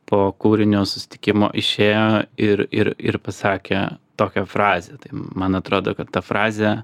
po kūrinio susitikimo išėjo ir ir ir pasakė tokią frazę tai man atrodo kad ta frazė